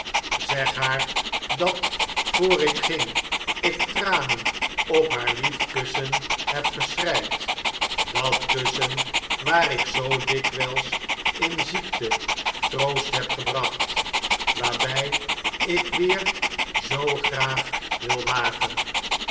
zeg haar dat voor ik ging ik tranen op haar lief kussen heb geschreid dat kussen waar ik zoo dikwijls in ziekte troost heb gebracht waarbij ik weer zoo graag wil waken